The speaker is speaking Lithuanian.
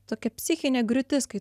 tokia psichinė griūtis kai